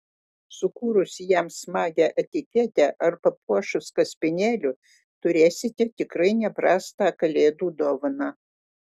sukūrus jam smagią etiketę ar papuošus kaspinėliu turėsite tikrai ne prastą kalėdų dovaną